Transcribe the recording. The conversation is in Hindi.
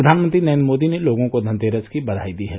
प्रधानमंत्री नरेन्द्र मोदी ने लोगों को धनतेरस की बघाई दी है